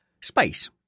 space